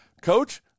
Coach